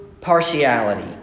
partiality